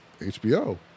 HBO